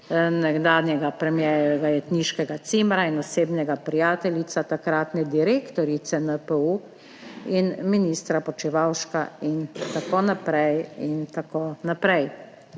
nekdanjega premierjevega jetniškega cimra in osebnega prijateljica takratne direktorice NPU in ministra Počivalška in tako naprej in tako naprej.